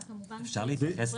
כמובן שחברי הוועדה רשאים להחליט.